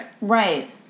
Right